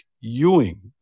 Ewing